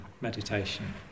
meditation